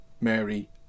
Mary